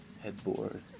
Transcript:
headboard